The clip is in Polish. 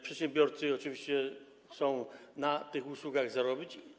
Przedsiębiorcy oczywiście chcą na tych usługach zarobić.